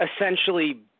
essentially